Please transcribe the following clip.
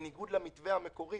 בניגוד למתווה המקורי